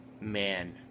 man